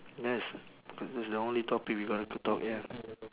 yes that's the only topic we got to talk ya